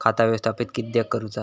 खाता व्यवस्थापित किद्यक करुचा?